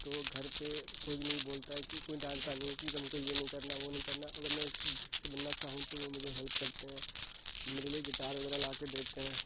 تو گھر پہ کوئی نہیں بولتا ہے کہ کوئی ڈانٹتا نہیں کہ تم کو یہ نہیں کرنا وہ نہیں کرنا اگر میں کچھ بننا چاہوں تو وہ مجھے ہیلپ کرتے ہیں میرے لیے گٹار وغیرہ لاکے دیتے ہیں